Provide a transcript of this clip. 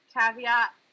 Caveat